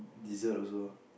dessert also